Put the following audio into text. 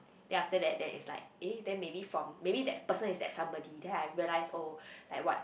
then after that then it's like eh then maybe from maybe that person is that somebody then I realise oh like what